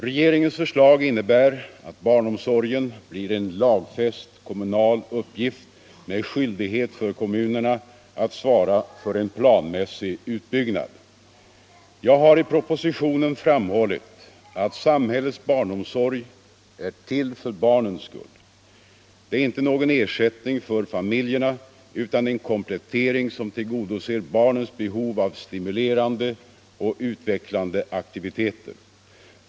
Regeringens förslag innebär att barnomsorgen blir en lagfäst kommunal uppgift med skyldighet för kommunerna att svara för en planmässig utbyggnad. Jag har i propositionen framhållit att samhällets barnomsorg är till för barnens skull. Den är inte någon ersättning för familjerna utan en komplettering som tillgodoser barnens behov av stimulerande och utvecklande aktiviteter.